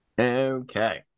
Okay